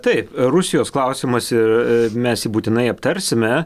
taip rusijos klausimas ir mes jį būtinai aptarsime